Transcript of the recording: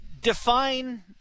define